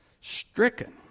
Stricken